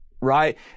right